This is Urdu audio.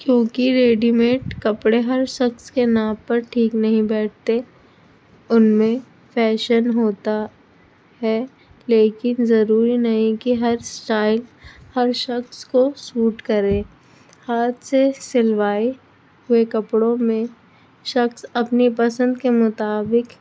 کیونکہ ریڈیمیٹ کپڑے ہر شخص کے ناپ پر ٹھیک نہیں بیٹھتے ان میں فیشن ہوتا ہے لیکن ضروری نہیں کہ ہر اسٹائل ہر شخص کو سوٹ کرے ہاتھ سے سلوائے ہوئے کپڑوں میں شخص اپنی پسند کے مطابق